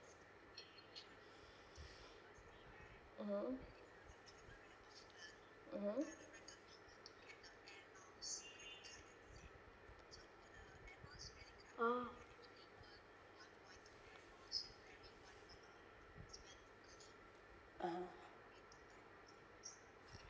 mmhmm mmhmm ah (uh huh)